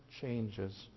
changes